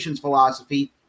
philosophy